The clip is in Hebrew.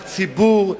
הציבור,